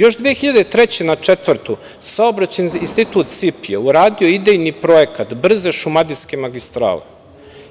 Još 2003. na 2004. godinu Saobraćajni institut CIP je uradio idejni projekat brze "Šumadijske magistrale"